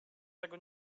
tego